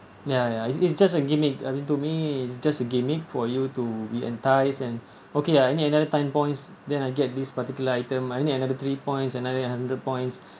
ya ya it's it's just a gimmick I mean to me it's just a gimmick for you to be enticed and okay lah I need another ten points then I get this particular item I need another three points I need another hundred points